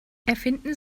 erfinden